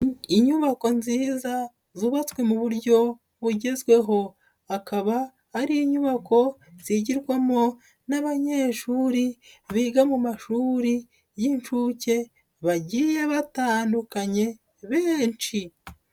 Inyubako nziza zubatswe mu buryo bugezweho. Akaba ari inyubako zigirwamo n'abanyeshuri biga mu mashuri y'inshuke, bagiye batandukanye benshi.